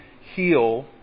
heal